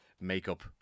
makeup